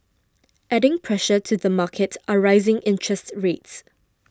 adding pressure to the market are rising interest rates